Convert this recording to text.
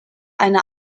eine